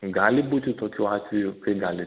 gali būti tokių atvejų kai gali